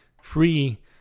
free